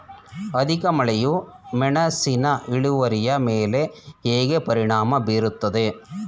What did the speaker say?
ಅಧಿಕ ಮಳೆಯು ಮೆಣಸಿನ ಇಳುವರಿಯ ಮೇಲೆ ಹೇಗೆ ಪರಿಣಾಮ ಬೀರುತ್ತದೆ?